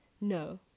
no